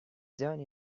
done